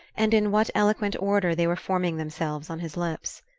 and in what eloquent order they were forming themselves on his lips.